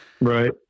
right